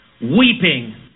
Weeping